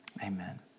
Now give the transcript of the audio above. Amen